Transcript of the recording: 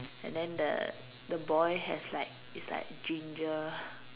and then the the boy has like is like ginger